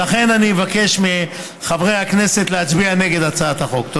ולכן, אני מבקש מחברי הכנסת להצביע נגד הצעת החוק.